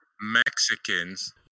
Mexicans